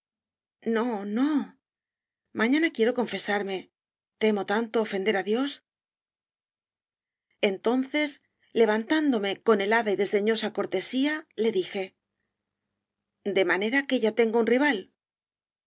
no no mañana quiero confesar me temo tanto ofender á dios entonces levantándome con helada y des deñosa cortesía le dije de manera que ya tengo un rival